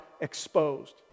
exposed